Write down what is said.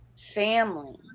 family